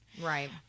Right